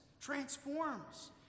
transforms